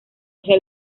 hacia